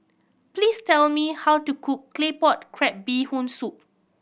please tell me how to cook Claypot Crab Bee Hoon Soup